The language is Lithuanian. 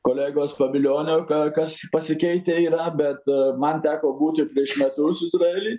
kolegos pavilionio ką kas pasikeitę yra bet man teko būti prieš metus izraely